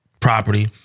property